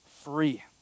free